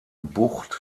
bucht